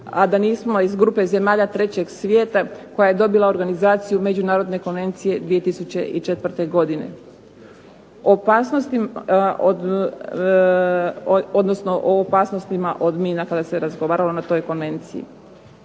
a da nismo iz grupe zemalja trećeg svijeta koja je dobila organizaciju međunarodne konvencije 2004. godine opasnosti od, odnosno o opasnostima od mina kada se razgovaralo na toj konvenciji.